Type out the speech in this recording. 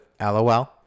LOL